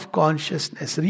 consciousness